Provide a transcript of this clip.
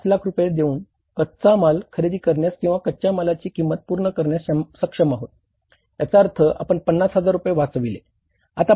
5 लाख रुपये देऊन कच्चा माल खरेदी करण्यास किंवा कच्च्या मालाची किंमत पूर्ण करण्यास सक्षम आहोत याचा अर्थ आपण 50 हजार रुपये वाचविले